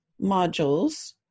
modules